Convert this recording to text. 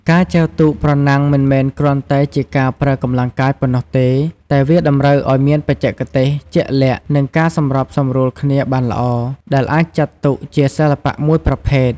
ការចែវទូកប្រណាំងមិនមែនគ្រាន់តែជាការប្រើកម្លាំងកាយប៉ុណ្ណោះទេ តែវាតម្រូវឱ្យមានបច្ចេកទេសជាក់លាក់ និងការសម្របសម្រួលគ្នាបានល្អ ដែលអាចចាត់ទុកជាសិល្បៈមួយប្រភេទ។